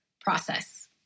process